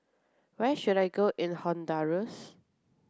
where should I go in Honduras